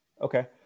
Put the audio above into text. Okay